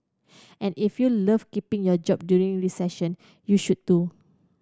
and if you love keeping your job during recession you should too